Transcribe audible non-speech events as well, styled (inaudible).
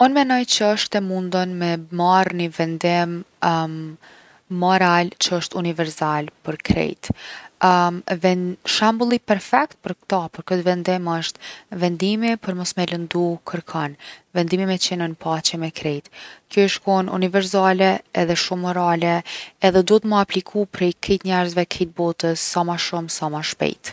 Unë menoj që osht e mundun me marrë ni vendim (hesitation) moral që osht univerzal për krejt. (hesitation) ven- shembulli perfekt për kta, për kët vendim osht, vendimi për mos me lëndu kërkon. Vendimi me ën paqje me krejt. Kjo ish kon univerzale edhe shumë morale edhe duhet mu apliku prej krejt njerzve krejt botës, sa ma shumë sa ma shpejt’.